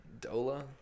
Dola